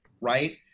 right